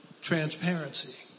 transparency